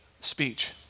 speech